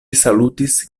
salutis